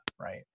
right